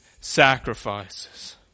sacrifices